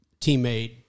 teammate